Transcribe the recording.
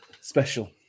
special